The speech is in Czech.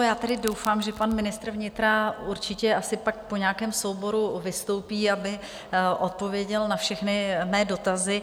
Já tedy doufám, že pan ministr vnitra určitě asi pak po nějakém souboru vystoupí, aby odpověděl na všechny mé dotazy.